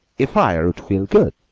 a fire would feel good,